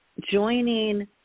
joining